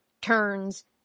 turns